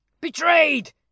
Betrayed